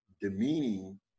demeaning